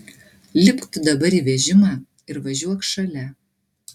lipk tu dabar į vežimą ir važiuok šalia